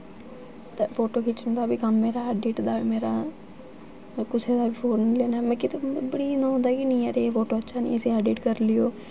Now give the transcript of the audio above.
ते फोटू खिच्चने दा बी कम्म ऐ ते ऐडिट दा मेरा कुसै दा फोन निं लैना में कुतै में बड़ी इ'यां होंदा कि नेईं यार एह् फोटू अच्छा नेईं इसी ऐडिट करी लेओ